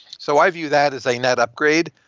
so i view that as a net upgrade.